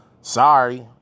Sorry